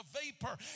vapor